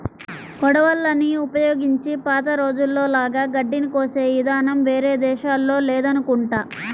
కొడవళ్ళని ఉపయోగించి పాత రోజుల్లో లాగా గడ్డిని కోసే ఇదానం వేరే దేశాల్లో లేదనుకుంటా